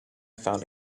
found